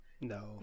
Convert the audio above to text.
no